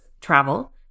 travel